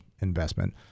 investment